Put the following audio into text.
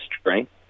strength